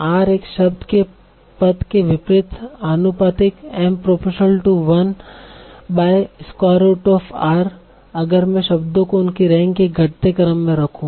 r एक शब्द के पद के विपरीत आनुपातिक अगर मैं शब्दों को उनकी रैंक के घटते क्रम में रखूं